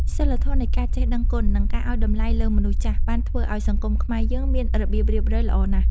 សីលធម៌នៃការចេះដឹងគុណ និងការឱ្យតម្លៃលើមនុស្សចាស់ បានធ្វើឱ្យសង្គមខ្មែរយើងមានរបៀបរៀបរយល្អណាស់។